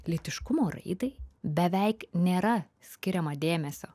lytiškumo raidai beveik nėra skiriama dėmesio